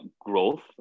growth